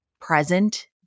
present